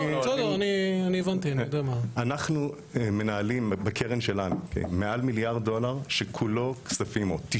אנחנו מנהלים בקרן שלנו מעל מיליארד דולר ש-90%